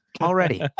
already